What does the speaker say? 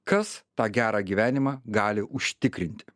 kas tą gerą gyvenimą gali užtikrinti